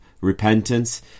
repentance